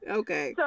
okay